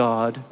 God